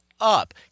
up